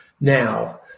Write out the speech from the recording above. Now